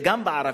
גם זה בערבית,